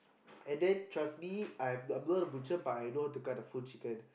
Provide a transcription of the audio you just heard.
and then trust me I'm I'm not a butcher but I know how to cut a full chicken